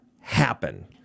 happen